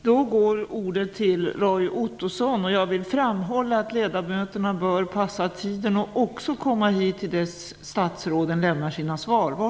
Jag vill framhålla att ledamöterna bör passa tiden och också komma hit till dess statsråden lämnar sina svar.